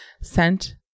sent